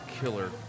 killer